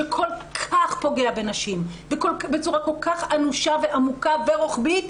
שכל כך פוגע בנשים בצורה כל כך אנושה ועמוקה ורוחבית,